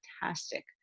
fantastic